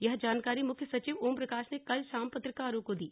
यह जानकारी मुख्य सचिव ओमप्रकाश ने कल शाम पत्रकारो दी